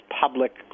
public